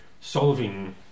solving